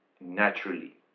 naturally